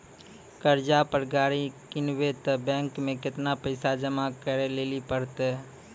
कर्जा पर गाड़ी किनबै तऽ बैंक मे केतना पैसा जमा करे लेली पड़त?